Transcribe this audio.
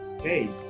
hey